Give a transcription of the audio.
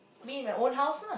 me at my own house lah